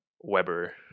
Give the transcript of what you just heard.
Weber